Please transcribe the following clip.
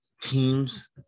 Teams